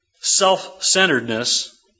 self-centeredness